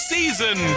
Season